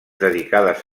dedicades